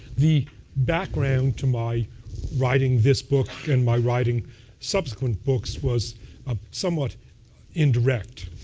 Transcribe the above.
the background to my writing this book and my writing subsequent books was ah somewhat indirect.